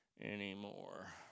Anymore